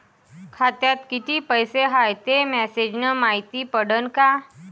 खात्यात किती पैसा हाय ते मेसेज न मायती पडन का?